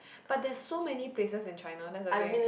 but there's so many places in China that's the thing